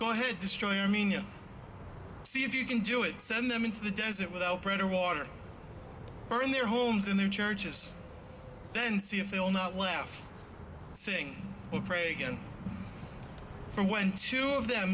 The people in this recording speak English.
go ahead destroy your meaning see if you can do it send them into the desert without bread or water or in their homes in their churches then see if they will not laugh sing or pray again for when two of them